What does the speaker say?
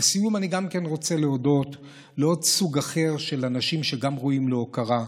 לסיום אני רוצה להודות לעוד סוג אחר של אנשים שגם הם ראויים להוקרה,